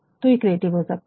तो ये क्रिएटिव हो सकता है